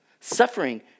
suffering